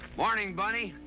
morning, bunny.